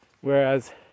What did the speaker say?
Whereas